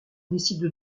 décide